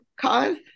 cause